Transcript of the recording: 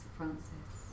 Francis